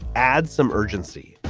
add some urgency.